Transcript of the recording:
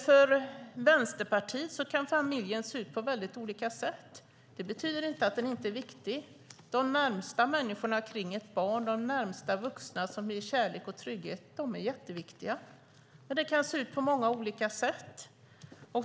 För Vänsterpartiet kan familjen se ut på väldigt olika sätt. Det betyder inte att den inte är viktig. De närmaste människorna kring ett barn, de närmaste vuxna som ger kärlek och trygghet, är jätteviktiga. Men det kan se ut på många olika sätt.